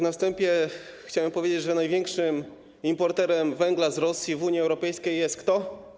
Na wstępie chciałem powiedzieć, zapytać: Największym importerem węgla z Rosji w Unii Europejskiej jest kto?